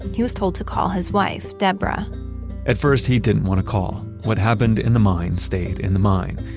he was told to call his wife deborah at first, he didn't want to call what happened in the mine, stayed in the mine.